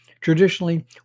Traditionally